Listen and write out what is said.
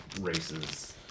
races